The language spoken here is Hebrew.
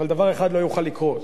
אבל דבר אחד לא יוכל לקרות,